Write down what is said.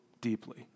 deeply